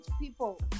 people